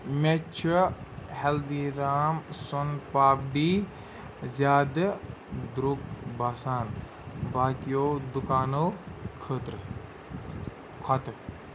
مےٚ چھِ ہٮ۪لدی رام سۄن پاپڈی زیادٕ درٛوٚگ باسان باقیو دُکانو خٲطرٕ کھۄتہٕ